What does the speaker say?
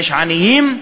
יש עניים,